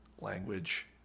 language